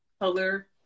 color